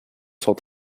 sont